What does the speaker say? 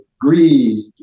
greed